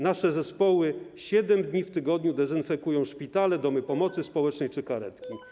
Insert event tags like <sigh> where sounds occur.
Nasze zespoły siedem dni w tygodniu dezynfekują szpitale, domy pomocy społecznej <noise> czy karetki.